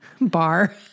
Bar